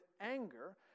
anger